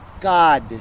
God